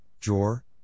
Jor